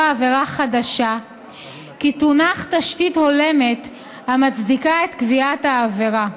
עבירה חדשה תונח תשתית הולמת המצדיקה את קביעת העבירה.